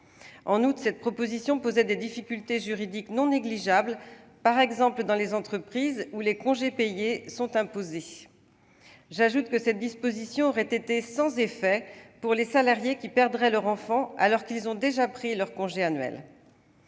En outre, cette proposition posait des difficultés juridiques non négligeables, par exemple dans les entreprises dans lesquelles les congés annuels sont imposés. J'ajoute que cette disposition aurait été sans effet pour les salariés perdant un enfant et ayant déjà pris tous leurs congés annuels.